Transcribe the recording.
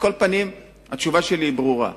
על כל פנים, התשובה שלי היא ברורה.